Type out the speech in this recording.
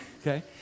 okay